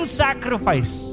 sacrifice